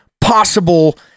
possible